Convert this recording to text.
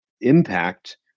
impact